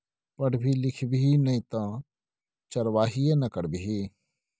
पढ़बी लिखभी नै तँ चरवाहिये ने करभी